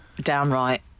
Downright